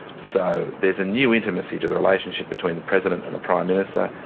so there's a new intimacy to the relationship between the president and the prime minister.